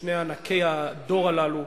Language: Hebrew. שני ענקי הדור הללו,